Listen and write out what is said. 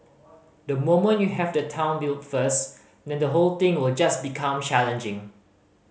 the moment you have the town built first then the whole thing will just become challenging